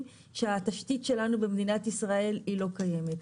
שהתשתית שלנו במדינת ישראל לא קיימת.